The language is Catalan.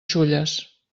xulles